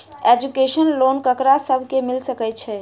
Education loan ककरा सब केँ मिल सकैत छै?